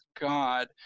God